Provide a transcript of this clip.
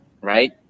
Right